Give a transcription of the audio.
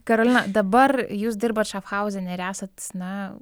karolina dabar jūs dirbat šafhauzene ir esat na